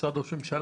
משרד ראש הממשלה.